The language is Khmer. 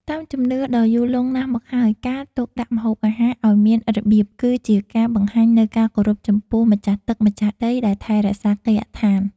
តាមជំនឿដ៏យូរលង់ណាស់មកហើយការទុកដាក់ម្ហូបអាហារឱ្យមានរបៀប គឺជាការបង្ហាញនូវការគោរពចំពោះម្ចាស់ទឹកម្ចាស់ដីដែលថែរក្សាគេហដ្ឋាន។